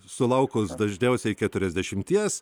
sulaukus dažniausiai keturiasdešimties